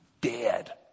dead